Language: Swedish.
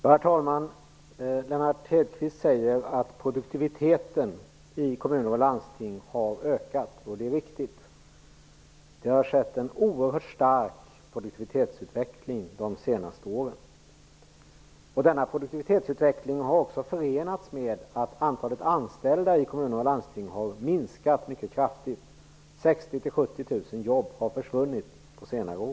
Herr talman! Lennart Hedquist säger att produktiviteten i kommuner och landsting har ökat. Det är riktigt. Det har skett en oerhört stark produktivitetsutveckling de senaste åren. Denna produktivitetsutveckling har också förenats med att antalet anställda i kommuner och landsting har minskat kraftigt. 60 000--70 000 jobb har försvunnit under senare år.